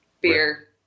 beer